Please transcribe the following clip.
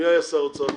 מי היה שר האוצר הקודם?